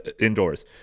indoors